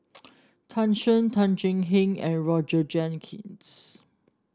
Tan Shen Tan Thuan Heng and Roger Jenkins